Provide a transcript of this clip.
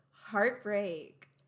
heartbreak